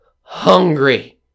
hungry